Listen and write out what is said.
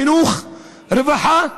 חינוך, רווחה ובריאות.